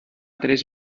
tres